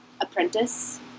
apprentice